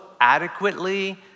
adequately